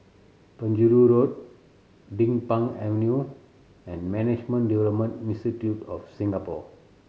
Penjuru Road Din Pang Avenue and Management Development Institute of Singapore